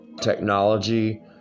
technology